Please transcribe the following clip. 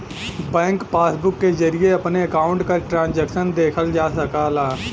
bank passbook के जरिये अपने अकाउंट क ट्रांजैक्शन देखल जा सकला